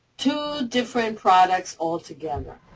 two different products all together.